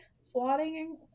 swatting